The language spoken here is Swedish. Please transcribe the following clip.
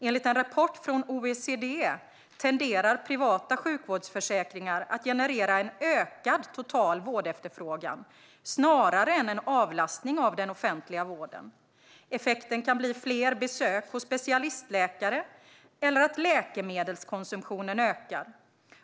Enligt en rapport från OECD tenderar privata sjukvårdsförsäkringar att generera en ökad total vårdefterfrågan snarare än en avlastning av den offentliga vården. Effekten kan bli fler besök hos specialistläkare eller att läkemedelskonsumtionen ökar.